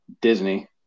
Disney –